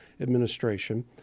administration